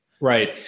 Right